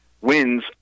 wins